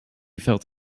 felt